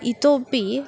इतोऽपि